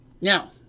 Now